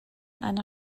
einer